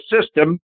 system